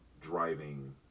driving